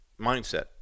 mindset